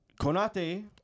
Konate